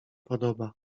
podoba